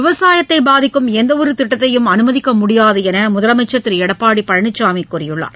விவசாயத்தைபாதிக்கும் எந்தவொருதிட்டத்தையும் அமைதிக்கமுடியாதுஎன்றுமுதலமைச்சர் திருஎடப்பாடிபழனிசாமிகூறியுள்ளார்